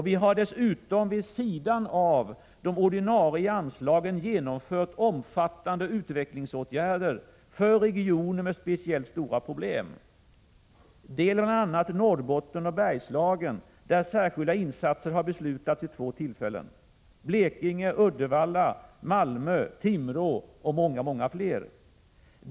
Vi har dessutom vid sidan av de ordinarie anslagen genomfört omfattande utvecklingsåtgärder för regioner med speciellt stora problem. Det gäller bl.a. Norrbotten och Bergslagen, där särskilda insatser har beslutats vid två tillfällen, Blekinge, Uddevalla, Malmö, Timrå och många, många fler platser.